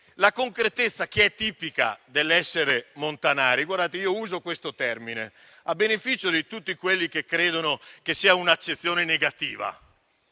concretezza, che è tipica dell'essere montanari. Guardate, io uso questo termine a beneficio di tutti coloro che credono che vi sia un'accezione negativa;